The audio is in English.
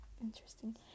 Interesting